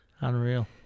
Unreal